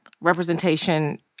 representation